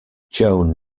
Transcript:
joan